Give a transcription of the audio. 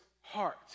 heart